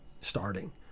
starting